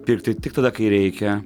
pirkti tik tada kai reikia